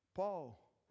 Paul